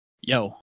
Yo